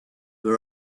were